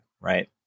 Right